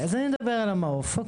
אני אדבר על המעו"ף.